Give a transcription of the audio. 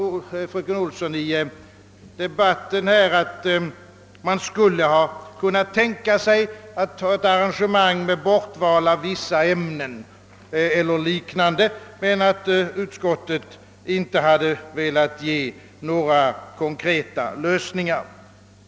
Fröken Olsson sade i debatten, att man skulle ha kunnat tänka sig ett arrangemang med bortval av vissa ämnen eller något liknande men att utskottet inte hade velat ge några konkreta lösningar.